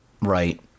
Right